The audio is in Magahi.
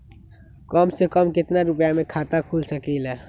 कम से कम केतना रुपया में खाता खुल सकेली?